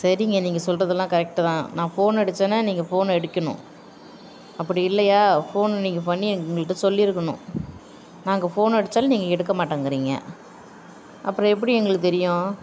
சரிங்க நீங்கள் சொல்கிறதெல்லாம் கரெக்ட்டு தான் நான் ஃபோன் அடிச்சேனா நீங்கள் ஃபோன் எடுக்கணும் அப்படி இல்லையா ஃபோன் நீங்கள் பண்ணி எங்கள்கிட்ட சொல்லியிருக்கணும் நாங்கள் ஃபோன் அடித்தாலும் நீங்கள் எடுக்க மாட்டேங்குறிங்க அப்புறோம் எப்படி எங்களுக்கு தெரியும்